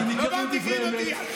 לא מרתיחים אותי.